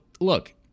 look